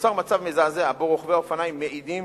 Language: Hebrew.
נוצר מצב מזעזע שבו רוכבי אופניים מעידים